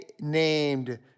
named